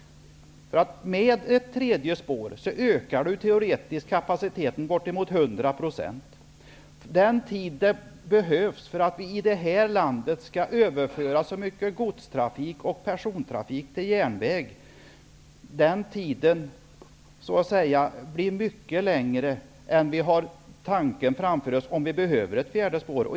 Med ett tredje spår ökas kapaciteten teoretiskt med bortemot 100 %. Den tid som behövs för att vi i det här landet skall överföra så mycket godsoch persontrafik som möjligt till järnväg blir mycket lång. Så länge har vi nog inte den tanken att det behövs ett fjärde spår.